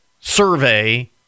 survey